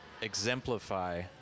exemplify